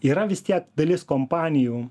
yra vis tiek dalis kompanijų